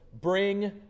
Bring